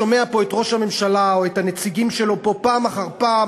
שומע פה את ראש הממשלה או את הנציגים שלו פה פעם אחר פעם